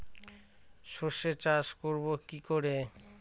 সর্ষে চাষ করব কি করে?